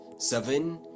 seven